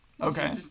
okay